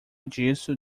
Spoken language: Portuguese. disso